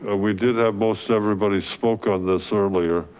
ah we did have most everybody spoke on this earlier.